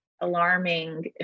alarming